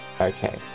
Okay